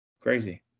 Crazy